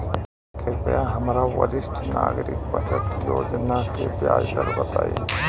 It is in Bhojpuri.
कृपया हमरा वरिष्ठ नागरिक बचत योजना के ब्याज दर बताई